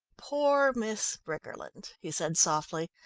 poor miss briggerland, he said softly.